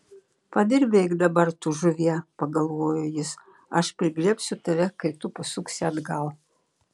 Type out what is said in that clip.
padirbėk dabar tu žuvie pagalvojo jis aš prigriebsiu tave kai tu pasuksi atgal